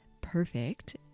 perfect